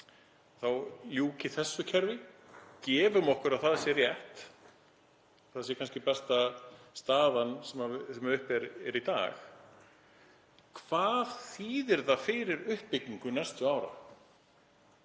þá ljúki þessu kerfi. Gefum okkur að það sé rétt. Það er kannski besta staðan sem uppi er í dag. Hvað þýðir það fyrir uppbyggingu næstu ára?